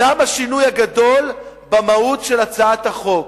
שם השינוי הגדול במהות של הצעת החוק.